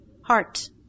heart